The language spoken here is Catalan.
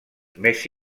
més